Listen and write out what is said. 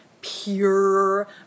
pure